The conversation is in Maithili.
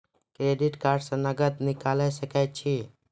क्रेडिट कार्ड से नगद निकाल सके छी?